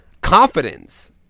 confidence